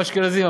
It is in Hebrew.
כמו האשכנזים,